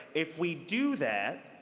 if we do that,